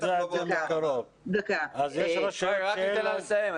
תן לה לסיים.